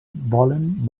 volen